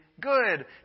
good